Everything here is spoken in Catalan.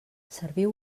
serviu